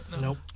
Nope